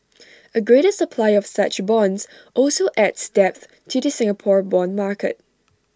A greater supply of such bonds also adds depth to the Singapore Bond market